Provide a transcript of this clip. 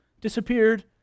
disappeared